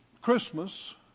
Christmas